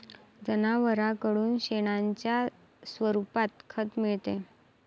जनावरांकडून शेणाच्या स्वरूपात खत मिळते